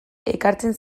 ekartzen